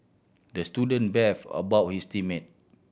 the student beefed about his team mate